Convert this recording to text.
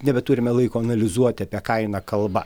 nebeturime laiko analizuoti apie ką eina kalba